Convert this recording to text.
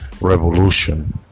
revolution